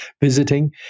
visiting